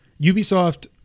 Ubisoft